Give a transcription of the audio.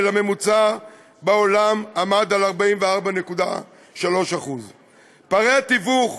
לממוצע בעולם עמד על 44.3%. פערי התיווך